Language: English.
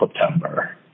September